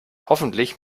hoffentlich